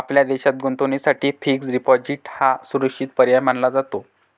आपल्या देशात गुंतवणुकीसाठी फिक्स्ड डिपॉजिट हा सुरक्षित पर्याय मानला जातो